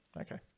Okay